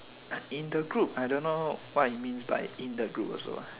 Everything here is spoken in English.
uh in the group I don't know what it means but in the group also uh